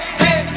hey